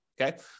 okay